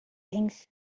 things